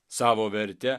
savo verte